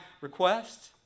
request